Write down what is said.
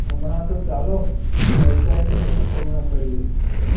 હમણાં તો ચાલો અસાઈનમેન્ટ પૂર્ણ કરીએ